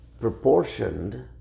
proportioned